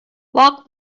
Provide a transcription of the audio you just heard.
walk